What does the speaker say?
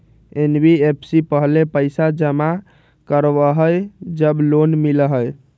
NBFC पहले पईसा जमा करवहई जब लोन मिलहई?